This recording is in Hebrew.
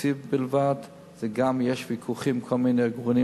תקציב בלבד, יש כל מיני ויכוחים שמונעים,